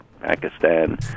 Pakistan